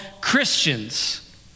Christians